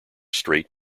straight